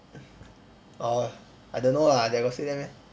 orh I don't know lah that I got say that meh